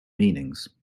meanings